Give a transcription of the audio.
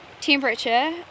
temperature